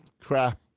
crap